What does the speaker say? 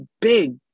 big